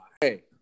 Hey